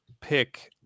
pick